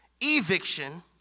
eviction